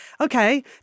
okay